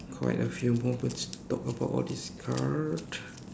quite a few more to talk about all these card